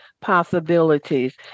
possibilities